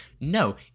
No